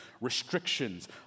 restrictions